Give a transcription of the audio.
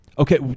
Okay